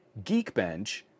Geekbench